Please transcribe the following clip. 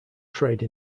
trade